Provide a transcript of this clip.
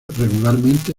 regularmente